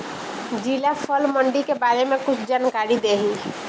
जिला फल मंडी के बारे में कुछ जानकारी देहीं?